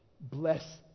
bless